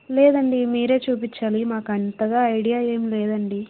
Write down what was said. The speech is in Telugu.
లేదండి మీరే చూపించాలి మాకు అంతగా ఐడియా ఏం లేదండి